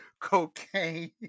cocaine